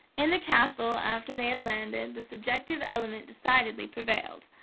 in the castle, after they had landed, the subjective element decidedly prevailed.